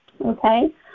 Okay